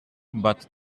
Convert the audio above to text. but